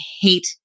hate